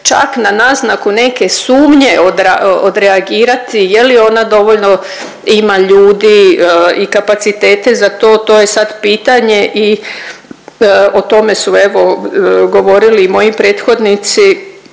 čak na naznaku neke sumnje odreagirati, je li ona dovoljno ima ljudi i kapacitete za to, to je sad pitanje i o tome su, evo, govorili i moji prethodnici,